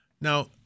Now